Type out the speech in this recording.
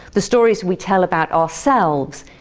the stories we tell about ourselves,